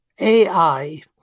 AI